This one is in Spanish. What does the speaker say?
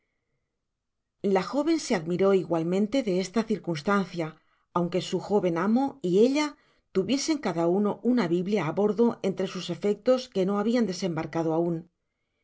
la jóven se admiró igualmente de esta circunstancia aunque su jóven amo y ella tuviesen cada uno una biblia á bordo entre sus efectos que no habian desembarcado aun